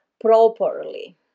properly